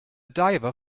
diver